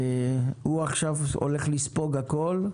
הוא הולך לספוג הכול.